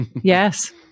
Yes